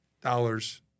dollars